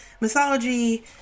mythology